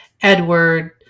Edward